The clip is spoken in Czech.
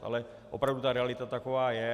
Ale opravdu ta realita taková je.